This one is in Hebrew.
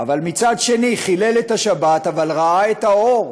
מצד שני, חילל את השבת אבל ראה את האור.